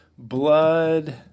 Blood